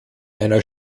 einer